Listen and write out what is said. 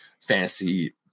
fantasy